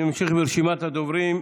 אני ממשיך ברשימת הדוברים.